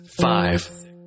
Five